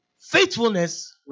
Faithfulness